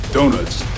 Donuts